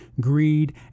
greed